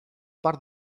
part